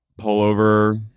pullover